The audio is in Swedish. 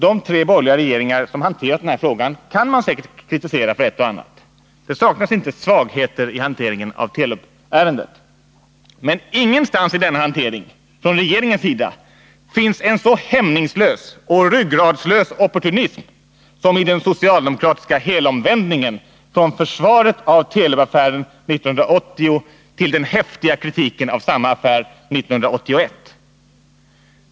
De tre borgerliga regeringar som hanterat den här frågan kan man säkert kritisera för ett och annat. Det saknas inte svagheter i hanteringen av Telub-ärendet, men ingenstans i denna hantering från regeringens sida finns en så hämningslös och ryggradslös opportunism som i den socialdemokratiska helomvändningen från försvaret av Telub-affären 1980 till den häftiga kritiken av samma affär 1981.